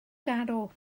garw